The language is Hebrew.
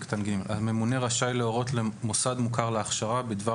(ג)הממונה רשאי להורות למוסד מוכר להכשרה בדבר